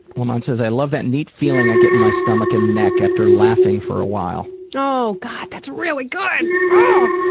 lamont says, i love that neat feeling i get in my stomach and neck after laughing for awhile. oh, god, that's really good! oh!